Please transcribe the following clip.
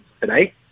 today